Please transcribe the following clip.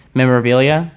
memorabilia